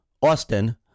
Austin